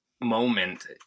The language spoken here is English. moment